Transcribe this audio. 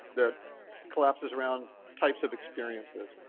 that collapses around types of experiences.